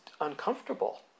uncomfortable